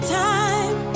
time